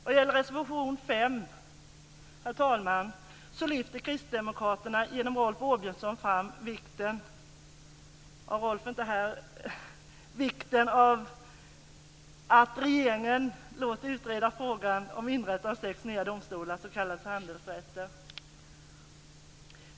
Vad gäller reservation 5, herr talman, så lyfter kristdemokraterna genom Rolf Åbjörnsson fram vikten av att regeringen låter utreda frågan om inrättande av sex nya domstolar, s.k. handelsrätter.